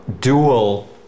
dual